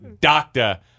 doctor